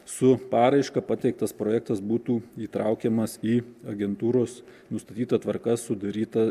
su paraiška pateiktas projektas būtų įtraukiamas į agentūros nustatyta tvarka sudarytą